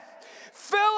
Fill